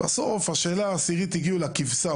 בסוף במקום העשירי הגיעו לכבשה.